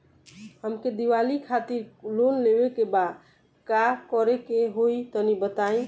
हमके दीवाली खातिर लोन लेवे के बा का करे के होई तनि बताई?